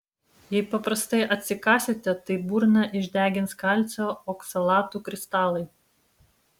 jei paprastai atsikąsite tai burną išdegins kalcio oksalatų kristalai